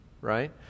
right